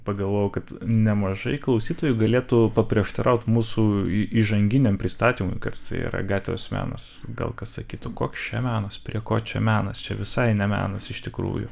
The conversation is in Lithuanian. pagalvojau kad nemažai klausytojų galėtų paprieštaraut mūsų į įžanginiam pristatymui kad tai yra gatvės menas gal kas sakytų koks čia menas prie ko čia menas čia visai ne menas iš tikrųjų